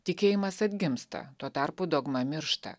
tikėjimas atgimsta tuo tarpu dogma miršta